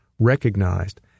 recognized